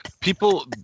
people